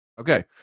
Okay